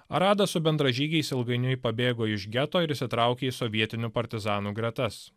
aradas su bendražygiais ilgainiui pabėgo iš geto ir įsitraukė į sovietinių partizanų gretas